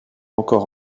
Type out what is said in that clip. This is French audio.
encore